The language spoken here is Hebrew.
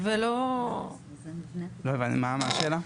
לא הבנתי, מה השאלה.